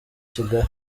kigali